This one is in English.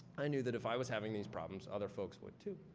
i knew that if i was having these problems, other folks were too.